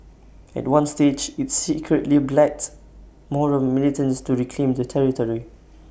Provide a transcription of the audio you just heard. at one stage IT secretly blacked Moro militants to reclaim the territory